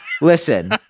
Listen